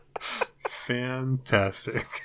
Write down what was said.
fantastic